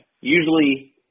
usually